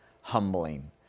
humbling